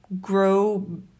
grow